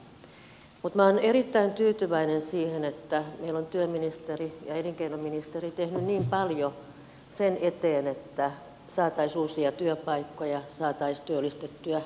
mutta minä olen erittäin tyytyväinen siihen että meillä työministeri ja elinkeinoministeri ovat tehneet niin paljon sen eteen että saataisiin uusia työpaikkoja ja saataisiin työllistettyä nuoria ja pitkäaikaistyöttömiä